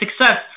success